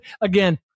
again